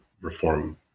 reform